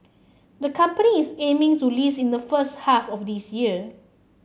the company is aiming to list in the first half of this year